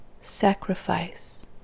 sacrifice